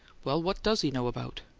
well, what does he know about?